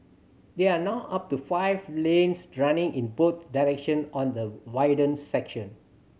there are now up to five lanes running in both direction on the widened section